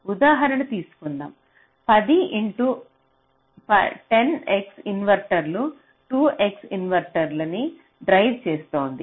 ఉదాహరణ తీసుకుందాం 10 X inverter 2 X inverter ని డ్రైవ్ చేస్తుంది